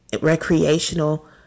recreational